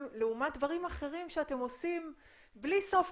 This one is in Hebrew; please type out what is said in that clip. לעומת דברים אחרים שאתם עושים בלי סוף,